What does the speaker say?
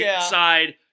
side